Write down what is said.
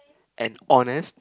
and honest